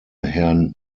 herrn